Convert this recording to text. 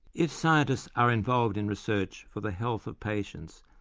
if scientists are involved in research for the health of patients,